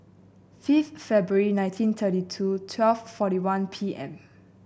fifth February nineteen thirty two twelve forty one P M